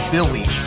Billy